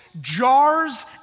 jars